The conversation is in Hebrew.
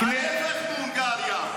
ההפך מהונגריה.